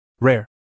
Rare